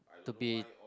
to be